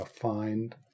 find